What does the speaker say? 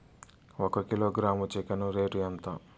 ఒక kilogram chicken rate ఎంత?